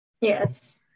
Yes